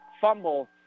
fumble